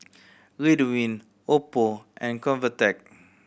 Ridwind oppo and Convatec